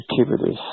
activities